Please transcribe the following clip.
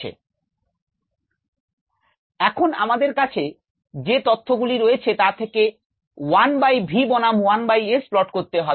Time min 5 15 35 75 S mM 1885 1675 132 78 v mM min 1 023 019 0173 0112 এখন আমাদের কাছে যে তথ্যগুলি রয়েছে তা থেকে 1 বাই v বনাম 1 বাই s প্লট করতে হবে